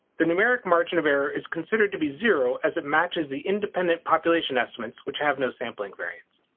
the numeric margin of error is considered to be zero as it matches the independent population estimates which have no sampling variance.